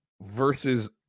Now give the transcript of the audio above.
versus